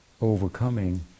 overcoming